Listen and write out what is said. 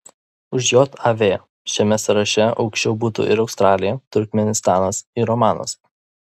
už jav šiame sąraše aukščiau būtų ir australija turkmėnistanas ir omanas